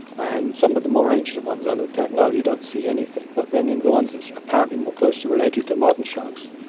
and some of the more ancient ones i looked at, no, you don't see anything, but then in the ones apparently more closely related to modern sharks,